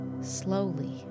slowly